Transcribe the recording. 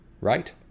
right